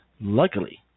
luckily